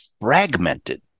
fragmented